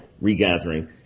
regathering